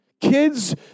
Kids